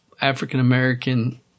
African-American